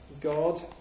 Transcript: God